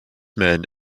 men